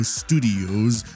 studios